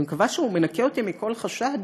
אני מקווה שזה מנקה אותי מכל חשד